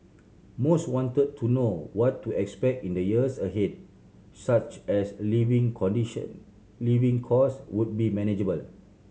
most wanted to know what to expect in the years ahead such as living condition living cost would be manageable